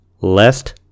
lest